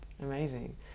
Amazing